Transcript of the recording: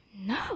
No